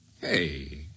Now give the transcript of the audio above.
Hey